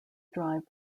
drive